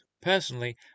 Personally